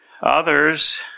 Others